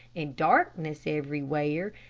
and darkness everywhere,